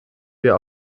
wir